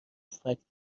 فکت